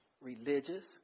Religious